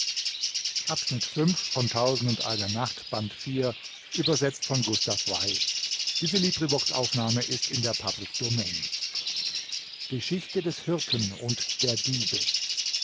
geschichte des hirten und der diebe